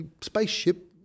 spaceship